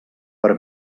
per